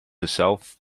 herself